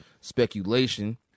speculation